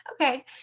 okay